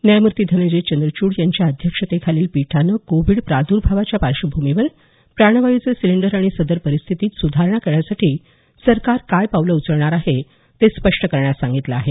न्यायमूर्ती धनंजय चंद्रचूड यांच्या अध्यक्षतेखालील पीठाने कोविड प्रादर्भावाच्या पार्श्वभूमीवर प्राणवायूचे सिलिंडर आणि सदर परिस्थितीत सुधारणा करण्यासाठी सरकार काय पावलं उचलणार आहे ते स्पष्ट करण्यास सांगितलं आहे